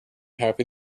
happy